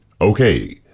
Okay